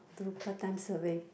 do part time survey